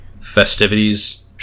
festivities